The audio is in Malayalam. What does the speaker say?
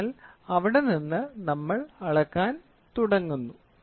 അതിനാൽ അവിടെ നിന്ന് നമ്മൾ ഇത് അളക്കാൻ തുടങ്ങുന്നു